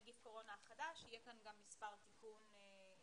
נגיף הקורונה החדש) (מימוש חלק מהפיקדון לכל מטרה),